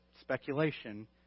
speculation